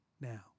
now